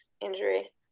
injury